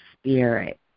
spirit